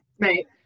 Right